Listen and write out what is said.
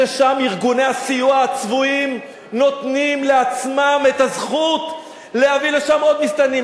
ששם ארגוני הסיוע הצבועים נותנים לעצמם את הזכות להביא לשם עוד מסתננים.